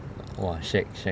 !wah! shag shag